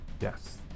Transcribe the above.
Yes